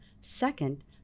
Second